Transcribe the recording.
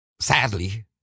sadly